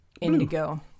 indigo